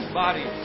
body